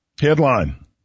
Headline